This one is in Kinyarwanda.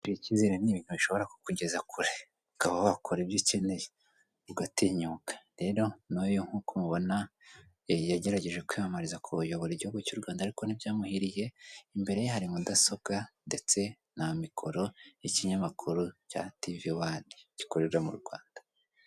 Kwigirira ikizere ni ibintu bishobora kukugeza kure ukaba wakora ibyo ukenye ugatinyuka, rero n'uyu nk'uko umubona yagerageje kwiyamamariza kuyobora igihugu cy'u Rwanda ariko ntibyamuhiriye imbere ye hari mikoro y'ikinyamakuru cya tivi wani gikorera mu Rwanda.